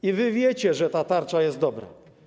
I wy wiecie, że ta tarcza jest dobra.